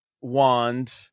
wand